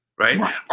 right